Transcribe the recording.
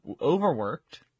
overworked